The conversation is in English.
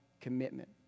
commitment